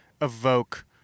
evoke